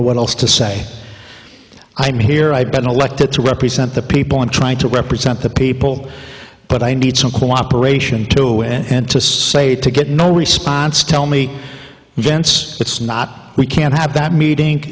know what else to say i mean here i've been elected to represent the people and trying to represent the people but i need some cooperation to win and to say to get no response tell me dance it's not we can't have that meeting